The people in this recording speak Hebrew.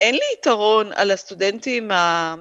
אין לי יתרון על הסטודנטים ה...